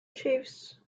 chiefs